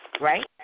right